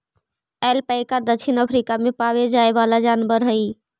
alpaca दक्षिण Africa में पावे जाए वाला जनावर हई